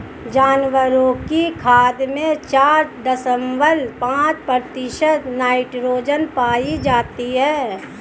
जानवरों की खाद में चार दशमलव पांच प्रतिशत नाइट्रोजन पाई जाती है